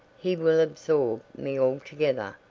he will absorb me altogether.